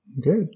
Good